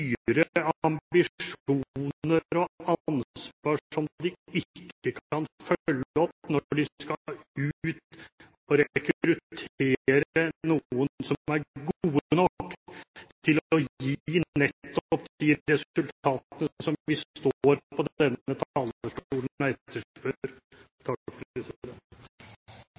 ambisjoner og ansvar som de ikke kan følge opp når de skal ut og rekruttere noen som er gode nok til å gi nettopp de resultatene som vi står på denne talerstolen